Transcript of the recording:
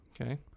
Okay